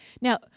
Now